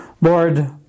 Lord